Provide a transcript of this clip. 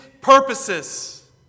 purposes